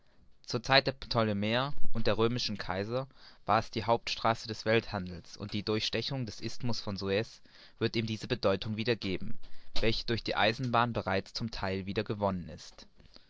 zur zeit der ptolemäer und der römischen kaiser war es die hauptstraße des welthandels und die durchstechung des isthmus von suez wird ihm diese bedeutung wieder geben welche durch die eisenbahnen bereits zum theil wieder gewonnen ist